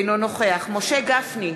אינו נוכח משה גפני,